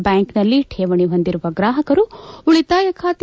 bank ನಲ್ಲಿ ಠೇವಣಿ ಹೊಂದಿರುವ ಗ್ರಾಹಕರು ಉಳಿತಾಯ ಖಾತೆ